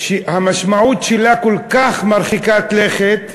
המשמעות שלה כל כך מרחיקת לכת,